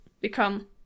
become